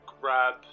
grab